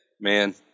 man